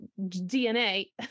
DNA